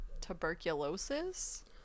tuberculosis